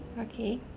okay